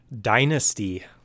Dynasty